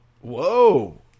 Whoa